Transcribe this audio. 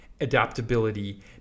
adaptability